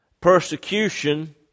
persecution